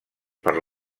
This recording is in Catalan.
per